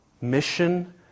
Mission